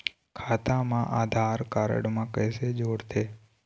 खाता मा आधार कारड मा कैसे जोड़थे?